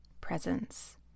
presence